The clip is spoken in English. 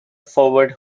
forward